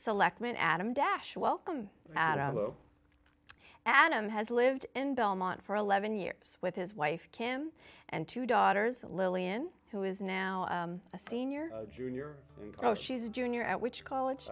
selectman adam dash welcome adam has lived in belmont for eleven years with his wife kim and two daughters lillian who is now a senior junior oh she's a junior at which college